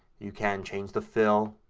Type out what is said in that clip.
you can change the fill.